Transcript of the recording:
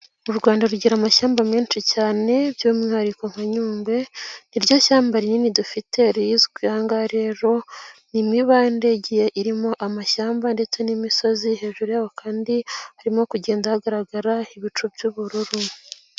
U Rwanda rugira amashyamba menshi cyane by'umwihariko nka nyungwe niryo shyamba rinini dufite rizwi, ahangaha rero ni imibandege irimo amashyamba ndetse n'imisozi hejuru yaho kandi harimo kugenda hagaragara ibicu by'ubururu.